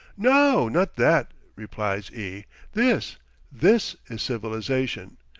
no, not that, replies e this this is civilization,